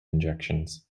injections